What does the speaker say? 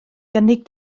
gynnig